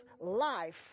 life